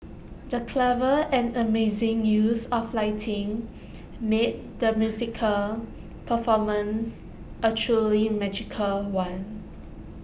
the clever and amazing use of lighting made the musical performance A truly magical one